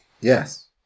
Yes